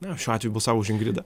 na šiuo atveju balsavo už ingridą